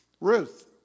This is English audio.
Ruth